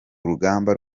rugamba